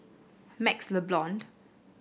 MaxLe Blond